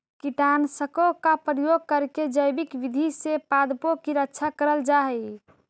कीटनाशकों का प्रयोग करके जैविक विधि से पादपों की रक्षा करल जा हई